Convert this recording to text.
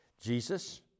Jesus